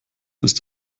ist